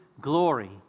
glory